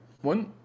one